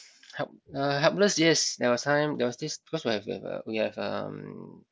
help uh helpless yes there was time there was this because we have a we have um